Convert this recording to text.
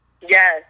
Yes